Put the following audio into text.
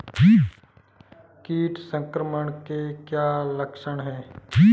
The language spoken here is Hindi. कीट संक्रमण के क्या क्या लक्षण हैं?